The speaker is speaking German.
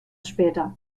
später